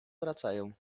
wracają